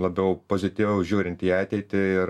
labiau pozityviau žiūrint į ateitį ir